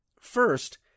First